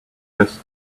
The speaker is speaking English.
list